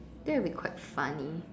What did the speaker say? that would be quite funny